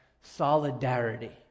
solidarity